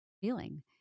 feeling